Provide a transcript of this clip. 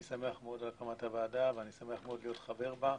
אני שמח מאוד על הקמת הוועדה, ושמח להיות חבר בה.